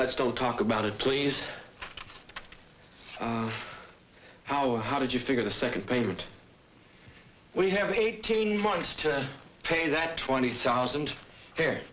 let's don't talk about it please howard how did you figure the second payment we have eighteen months to pay that twenty thousand